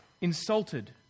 insulted